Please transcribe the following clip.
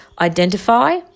identify